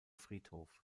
friedhof